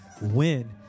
win